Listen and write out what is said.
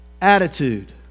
attitude